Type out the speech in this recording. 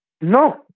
No